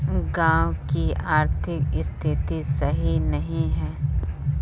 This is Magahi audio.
गाँव की आर्थिक स्थिति सही नहीं है?